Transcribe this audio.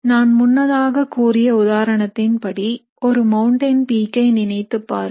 நான் முன்னதாக கூறிய உதாரணத்தின் படி ஒரு மௌண்டைன் பீக்கை நினைத்துப் பாருங்கள்